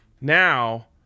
Now